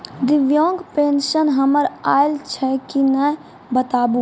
दिव्यांग पेंशन हमर आयल छै कि नैय बताबू?